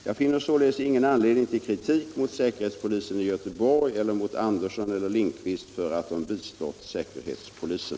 Jag finner således ingen anledning till kritik mot säkerhetspolisen i Göteborg eller mot Andersson eller Lindqvist för att de bistått säkerhetspolisen.